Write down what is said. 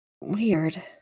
weird